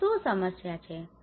શું સમસ્યા છે